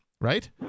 right